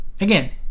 Again